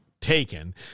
taken